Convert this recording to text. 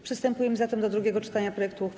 Przystępujemy zatem do drugiego czytania projektu uchwały.